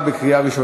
(השתתפות בפעילות של ארגונים מזוינים במדינות חוץ),